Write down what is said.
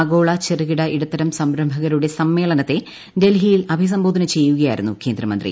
ആഗോള ചെറുകിട ഇടത്തരം സംരംഭകരുടെ സമ്മേളനത്തെ ഡൽഹ്ഗിയിൽ അഭിസംബോധന ചെയ്യുകയായിരുന്നു കേന്ദ്രമന്ത്രി